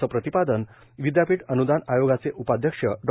असं प्रतिपादन विद्यापीठ अन्दान आयोगाचे उपाध्यक्ष डॉ